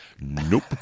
Nope